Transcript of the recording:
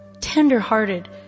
tender-hearted